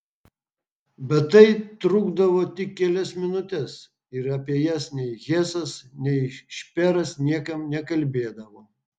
bet tai trukdavo tik kelias minutes ir apie jas nei hesas nei šperas niekam nekalbėdavo